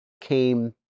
came